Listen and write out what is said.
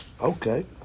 Okay